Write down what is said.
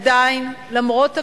עדיין, למרות הכול,